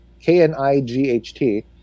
K-N-I-G-H-T